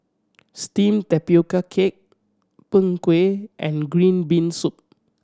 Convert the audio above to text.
steamed tapioca cake Png Kueh and green bean soup